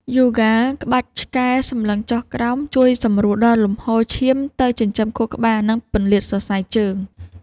យូហ្គាក្បាច់ឆ្កែសម្លឹងចុះក្រោម ជួយសម្រួលដល់លំហូរឈាមទៅចិញ្ចឹមខួរក្បាល និងពន្លាតសរសៃជើង។